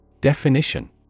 Definition